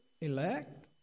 elect